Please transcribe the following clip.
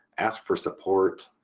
ask for support,